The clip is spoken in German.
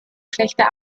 schlechte